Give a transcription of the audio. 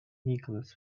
nicholas